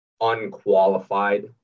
unqualified